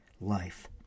life